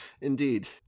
Indeed